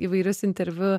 įvairius interviu